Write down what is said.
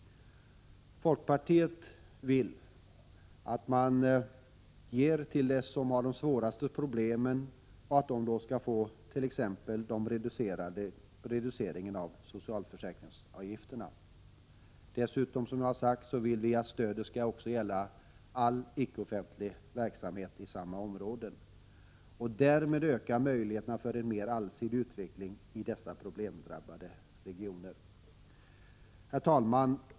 Folkpartiet vill att man ger till dem som har de svåraste problemen och att de skall få t.ex. en reducering av socialförsäkringsavgifterna. Dessutom vill vi, som jag har sagt, att stödet skall gälla all icke offentlig verksamhet i samma områden. Därmed ökar möjligheterna för en mer allsidig utveckling i dessa problemdrabbade regioner. Herr talman!